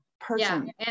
person